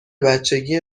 بچگی